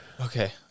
Okay